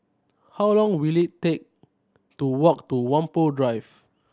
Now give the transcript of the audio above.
how long will it take to walk to Whampoa Drive